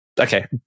Okay